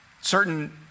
certain